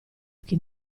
occhi